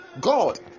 God